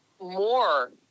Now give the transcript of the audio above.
more